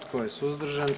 Tko je suzdržan?